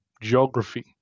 geography